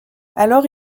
alors